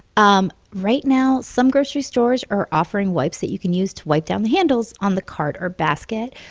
um right now some grocery stores are offering wipes that you can use to wipe down the handles on the cart or basket.